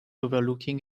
overlooking